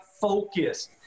focus